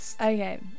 Okay